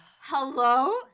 Hello